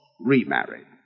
remarried